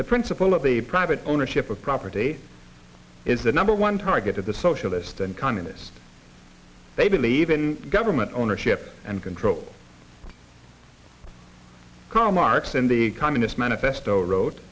the principle of the private ownership of property is the number one target of the socialist and communist they believe in government ownership and control karl marx in the communist manifesto wro